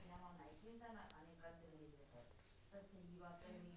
मैं अपनी सोयाबीन की उपज को ख़राब होने से पहले गोदाम में कब तक रख सकता हूँ?